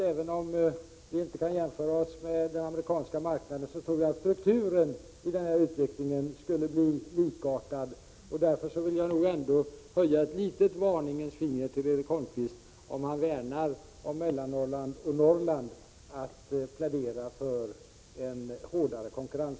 Även om vi inte kan jämföra oss med den amerikanska marknaden tror jag att strukturen i utvecklingen skulle bli likartad här, och därför vill jag höja ett litet varningens finger till Erik Holmkvist, om han värnar om Norrland och särskilt Mellannorrland, för att plädera för en hårdare konkurrens.